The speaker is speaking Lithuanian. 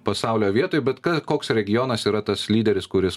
pasaulio vietoj bet k koks regionas yra tas lyderis kuris